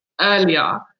earlier